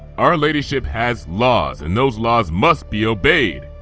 our ladyship has laws, and those laws must be obeyed!